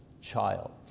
child